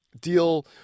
deal